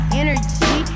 energy